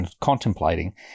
contemplating